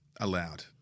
allowed